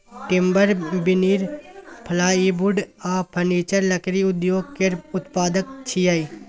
timber, veneer, plywood आ furniture लकड़ी उद्योग केर उत्पाद छियै